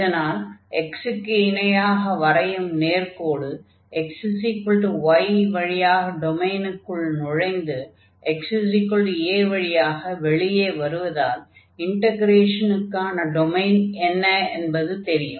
இதனால் x க்கு இணையாக வரையும் நேர்க்கோடு x y வழியாக டொமைனுக்குள் நுழைந்து x a வழியாக வெளியே வருவதால் இன்டக்ரேஷனுக்கான டொமைன் என்ன என்பது தெரியும்